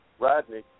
Rodney